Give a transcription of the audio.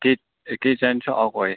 kitchen چھُ اَکوے